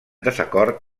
desacord